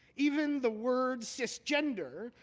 even the word cisgender,